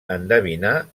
endevinar